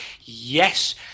Yes